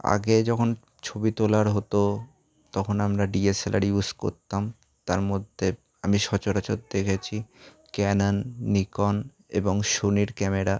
আগে যখন ছবি তোলার হতো তখন আমরা ডিএসএলআর ইউজ করতাম তার মধ্যে আমি সচরাচর দেখেছি ক্যানন নিকন এবং সোনির ক্যামেরা